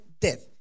death